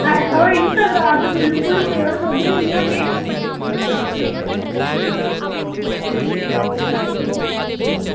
ऐसा होई गै निं सकदा अस बिल्कुल प्योर दुद्ध दिन्ने होन्ने